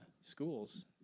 schools